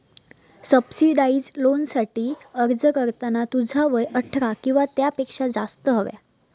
subsidised लोनसाठी अर्ज करताना तुझा वय अठरा किंवा त्यापेक्षा जास्त हव्या